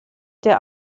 der